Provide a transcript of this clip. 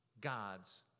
God's